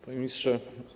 Panie Ministrze!